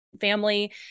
family